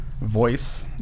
voice